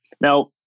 Now